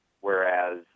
Whereas